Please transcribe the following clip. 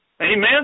Amen